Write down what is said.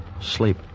Sleep